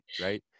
right